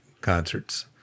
concerts